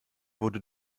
wurde